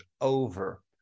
over